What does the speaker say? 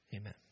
Amen